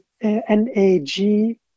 N-A-G